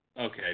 Okay